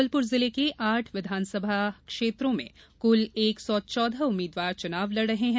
जबलपुर जिले के आठ विधानसभा निर्वाचन क्षेत्रों में कुल एक सौ चौदह उम्मीद्वार चुनाव लड़ रहे हैं